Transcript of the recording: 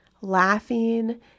laughing